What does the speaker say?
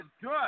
good